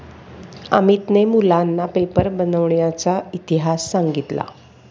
अमितने मुलांना पेपर बनविण्याचा इतिहास सांगितला